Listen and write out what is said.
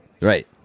Right